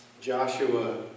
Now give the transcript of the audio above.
Joshua